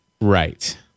Right